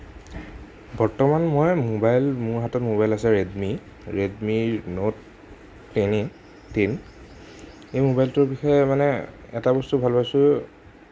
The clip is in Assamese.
বৰ্তমান মই মোবাইল মোৰ হাতত মোবাইল আছে ৰেডমি ৰেডমিৰ ন'ট টেনেই টেন এই মোবাইলটোৰ বিষয়ে মানে এটা বস্তু ভাল পাইছোঁ